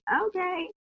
okay